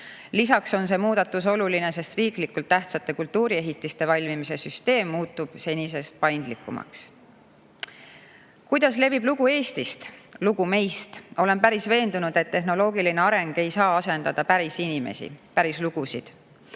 Lisaks on see muudatus oluline, sest riiklikult tähtsate kultuuriehitiste valmimise süsteem muutub senisest paindlikumaks. Kuidas levib lugu Eestist, lugu meist? Olen päris veendunud, et tehnoloogiline areng ei saa asendada päris inimesi, päris lugusid.